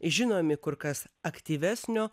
žinomi kur kas aktyvesnio